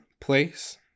place